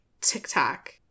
TikTok